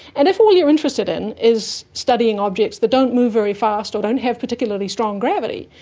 and if all you're interested in is studying objects that don't move very fast or don't have particularly strong gravity,